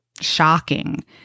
shocking